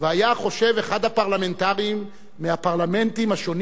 והיה חושב אחד הפרלמנטרים מהפרלמנטים השונים